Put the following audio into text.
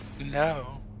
No